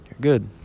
good